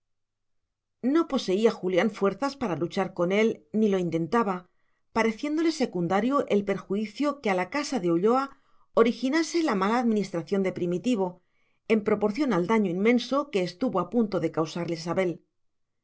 no poseía julián fuerzas para luchar con él ni lo intentaba pareciéndole secundario el perjuicio que a la casa de ulloa originase la mala administración de primitivo en proporción al daño inmenso que estuvo a punto de causarle sabel